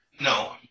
No